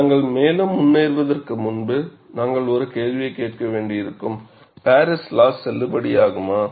நாங்கள் மேலும் முன்னேறுவதற்கு முன்பு நாங்கள் ஒரு கேள்வியைக் கேட்க வேண்டியிருக்கும் பாரிஸ் லா செல்லுபடியாகுமா